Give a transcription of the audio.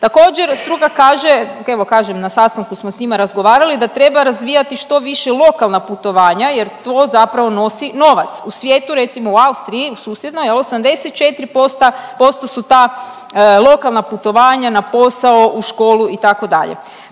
Također, struka kaže, evo, kažem, na sastanku smo s njima razgovarali da treba razvijati što više lokalna putovanja jer to zapravo nosi novac. U svijetu, recimo, u Austriji susjednoj, je li, 84% su ta lokalna putovanja, na posao, u školu, itd.